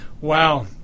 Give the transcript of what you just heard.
Wow